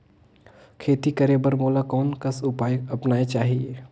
खेती करे बर मोला कोन कस उपाय अपनाये चाही?